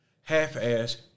Half-ass